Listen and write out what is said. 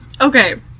okay